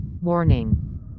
Warning